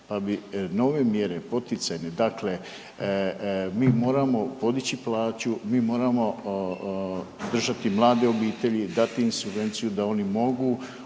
pa bi nove mjere poticajne, dakle mi moramo podići plaću, mi moramo držati mlade obitelji, dati im subvenciju da oni mogu